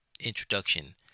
introduction